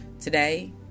today